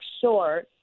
sure